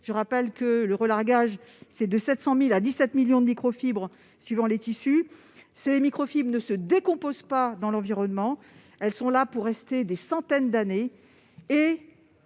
du lavage en machine : de 700 000 à 17 millions de microfibres, suivant les tissus. Les microfibres ne se décomposent pas dans l'environnement. Elles vont rester des centaines d'années.